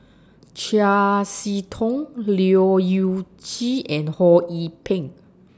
Chiam See Tong Leu Yew Chye and Ho Yee Ping